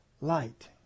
light